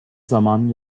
zaman